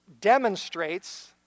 demonstrates